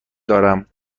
دارم